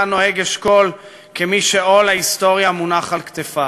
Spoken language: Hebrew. נוהג אשכול כמי שעול ההיסטוריה מונח על כתפיו.